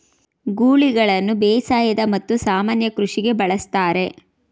ಗೂಳಿಗಳನ್ನು ಬೇಸಾಯದ ಮತ್ತು ಸಾಮಾನ್ಯ ಕೃಷಿಗೆ ಬಳಸ್ತರೆ